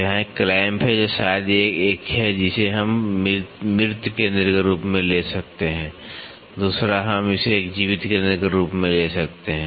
तो यहाँ एक क्लैंप है जो शायद एक है जिसे हम मृत केंद्र के रूप में ले सकते हैं दूसरा हम इसे एक जीवित केंद्र के रूप में ले सकते हैं